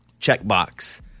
checkbox